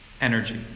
energy